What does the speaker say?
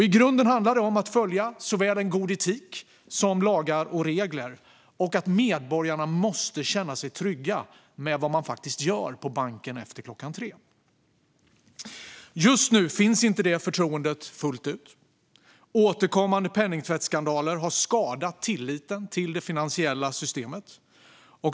I grunden handlar det om att följa såväl en god etik som lagar och regler och om att medborgarna måste känna sig trygga med vad man gör på banken efter klockan tre. Just nu finns inte detta förtroende fullt ut. Återkommande penningtvättsskandaler har skadat tilliten till det finansiella systemet.